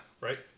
Right